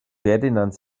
ferdinand